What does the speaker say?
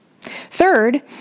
Third